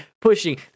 pushing